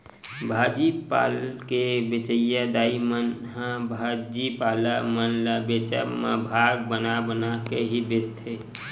भाजी पाल के बेंचइया दाई मन ह भाजी पाला मन ल बेंचब म भाग बना बना के ही बेंचथे